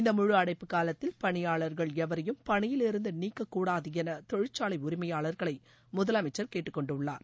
இந்த முழு அடைப்பு காலத்தில் பணியாளர்கள் எவரையும் பணியிலிருந்து நீக்கக்கூடாது என தொழிற்சாலை உரிமையாளர்களை முதலமைச்சர் கேட்டுக்கொண்டுள்ளார்